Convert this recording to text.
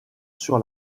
sur